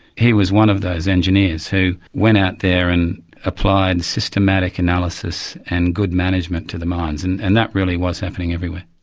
he was one of those engineers who went out there and applied systematic analysis and good management to the mines, and and that really happening everywhere.